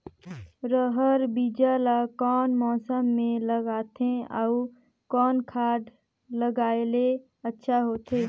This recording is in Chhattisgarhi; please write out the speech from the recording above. रहर बीजा ला कौन मौसम मे लगाथे अउ कौन खाद लगायेले अच्छा होथे?